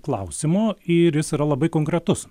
klausimo ir jis yra labai konkretus